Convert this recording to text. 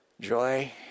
joy